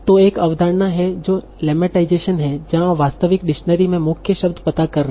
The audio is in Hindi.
तो एक और अवधारणा है जो लेमटाइजेशन है जहां आप वास्तविक डिक्शनरी में मुख्य शब्द पता कर रहे हैं